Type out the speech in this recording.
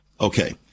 Okay